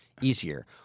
easier